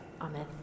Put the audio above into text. Amen